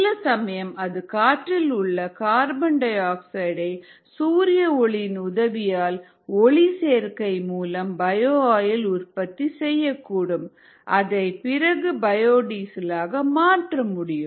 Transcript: சில சமயம் அது காற்றில் உள்ள கார்பன்டை ஆக்சைடு ஐ சூரிய ஒளியின் உதவியால் ஒளிச்சேர்க்கை மூலம் பயோ ஆயில் உற்பத்தி செய்யக்கூடும் அதை பிறகு பயோடீசல் ஆக மாற்றமுடியும்